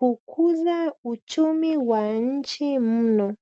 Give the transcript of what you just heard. ukuza uchumi wa nchi mno.